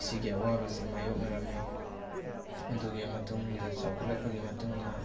ꯑꯁꯤꯒꯤ ꯑꯋꯥꯕꯁꯤ ꯃꯥꯏꯌꯣꯛꯅꯔꯝꯃꯤ ꯑꯗꯨꯒꯤ ꯃꯇꯨꯡꯗ ꯆꯥꯎꯈꯠꯂꯛꯄꯒꯤ ꯃꯇꯨꯡꯗ